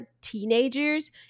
teenagers